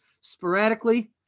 sporadically